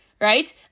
right